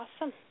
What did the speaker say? Awesome